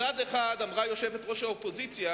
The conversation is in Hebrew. מצד אחד, יושבת-ראש האופוזיציה